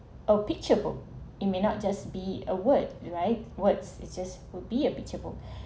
a picture book it may not just be a word right words it just would be a beautiful